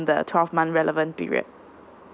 the twelve month relevant period